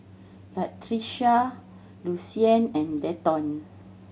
Latricia Lucien and Denton